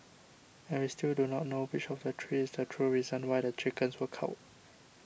and we still do not know which of the three is the true reason why the chickens were culled